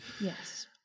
Yes